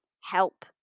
help